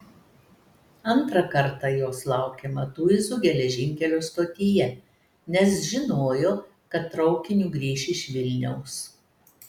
antrą kartą jos laukė matuizų geležinkelio stotyje nes žinojo kad traukiniu grįš iš vilniaus